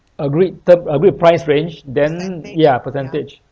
agreed term agreed price range then ya percentage